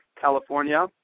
California